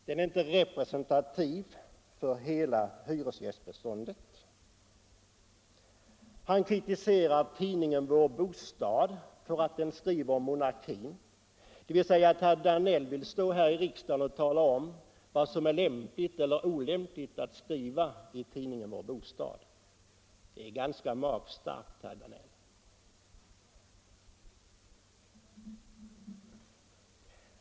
Den är enligt honom inte representativ för hela hyresgästbeståndet. Han kritiserar tidningen Vår Bostad för att den skriver om monarkin. Herr Danell vill alltså stå här i riksdagen och tala om vad som är lämpligt eller olämpligt att skriva i tidningen Vår Bostad. Det är ganska magstarkt, herr Danell.